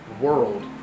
World